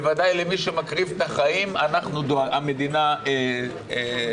בוודאי למי שמקריב את החיים, המדינה דואגת.